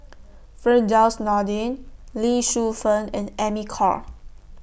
Firdaus Nordin Lee Shu Fen and Amy Khor